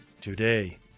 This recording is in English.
today